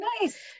nice